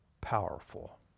powerful